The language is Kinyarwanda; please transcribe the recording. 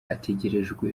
ategerezwa